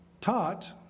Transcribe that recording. taught